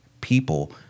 people